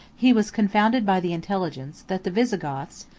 he was confounded by the intelligence, that the visigoths,